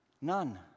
None